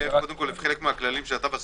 בחלק מהכללים של התו הסגול,